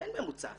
אין ממוצע.